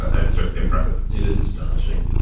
ah that's just impressive. it is astonishing.